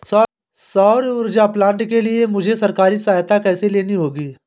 सौर ऊर्जा प्लांट के लिए मुझे सरकारी सहायता कैसे लेनी होगी?